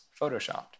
photoshopped